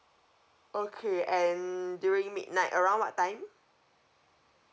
okay and during midnight around what time